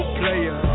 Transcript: player